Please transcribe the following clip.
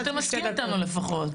אבל תגיד שאתה מסכים איתנו לפחות.